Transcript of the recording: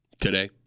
Today